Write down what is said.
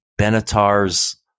Benatar's